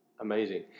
Amazing